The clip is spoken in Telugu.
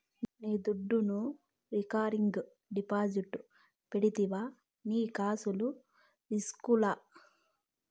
నీ దుడ్డును రికరింగ్ డిపాజిట్లు పెడితివా నీకస్సలు రిస్కులా